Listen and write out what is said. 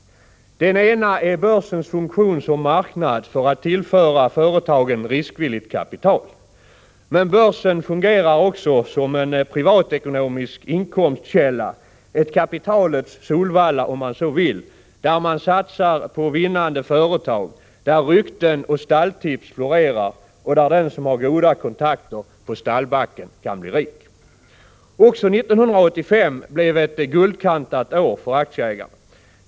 Det gäller dels börsens funktion som marknad för att tillföra företagen riskvilligt kapital, dels börsens funktion som en privatekonomisk inkomstkälla. Börsen är ett kapitalets Solvalla — om man så vill — där man satsar på vinnande företag, där rykten och stalltips florerar och där den som har goda kontakter med folk på stallbacken kan bli rik. Även år 1985 blev ett guldkantat år för aktieägarna.